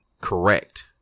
correct